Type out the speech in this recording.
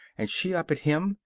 and she up at him,